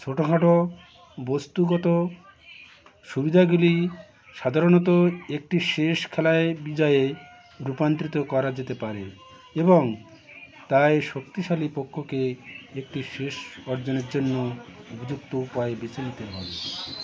ছোটোখাটো বস্তুগত সুবিধাগুলি সাধারণত একটি শেষ খেলায় বিজয়ে রূপান্তরিত করা যেতে পারে এবং তাই শক্তিশালী পক্ষকে একটি শেষ অর্জনের জন্য উপযুক্ত উপায়ে বেছে নিতে হয়